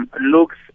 Looks